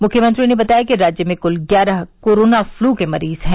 मुख्यमंत्री ने बताया कि राज्य में क्ल ग्यारह कोरोना फ्लू के मरीज हैं